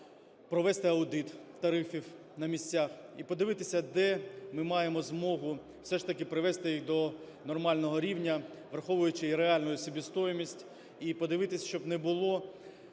провести аудит тарифів на місцях і подивитися де ми маємо змогу все ж таки привести їх до нормального рівня, враховуючи і реальну собівартість, і подивитися, щоб не було